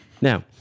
Now